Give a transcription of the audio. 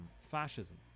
fascism